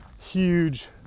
huge